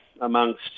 amongst